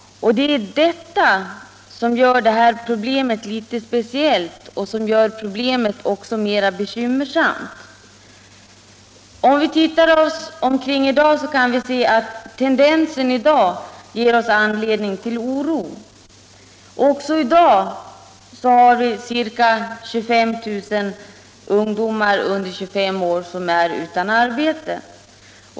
Det är det som gör problemet med ungdomsarbetslösheten litet speciellt och också mera bekymmersamt. Om vi ser oss omkring i dag skall vi finna att tendensen även nu ger anledning till oro. Ca 25 000 ungdomar under 25 år är utan arbete.